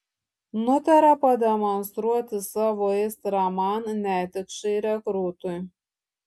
nutarė pademonstruoti savo aistrą man netikšai rekrūtui